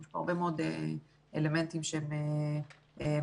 יש פה הרבה מאוד אלמנטים מאוד כבדים